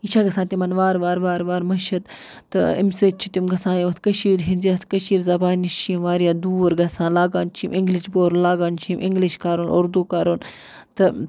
یہِ چھےٚ گژھان تِمَن وارٕ وارٕ وارٕ وارٕ مٔشِد تہٕ اَمہِ سۭتۍ چھِ تِم گژھان یوتھ کٔشیٖرِ ہِنٛز یَتھ کٔشیٖرِ زَبانہِ نِش چھِ یِم واریاہ دوٗر گژھان لاگان چھِ یِم اِنٛگلِش بولُن لاگان چھِ یِم اِنٛگلِش کَرُن اُردو کَرُن تہٕ